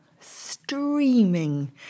streaming